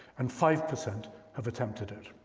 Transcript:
and five percent have attempted it.